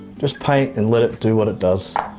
just paint and let it do what it does.